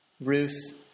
Ruth